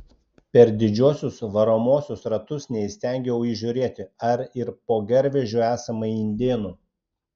per didžiuosius varomuosius ratus neįstengiau įžiūrėti ar ir po garvežiu esama indėnų